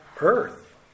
earth